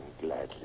gladly